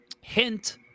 Hint